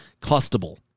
clustable